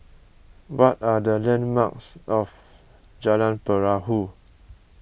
what are the landmarks of Jalan Perahu